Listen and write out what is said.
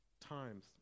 times